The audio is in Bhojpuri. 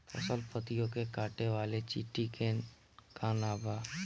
फसल पतियो के काटे वाले चिटि के का नाव बा?